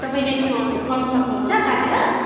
तपाईँले त्यो उयो गर्नु सक्नुहुन्छ काटेर